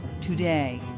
today